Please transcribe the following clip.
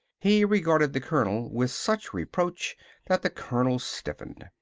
he regarded the colonel with such reproach that the colonel stiffened.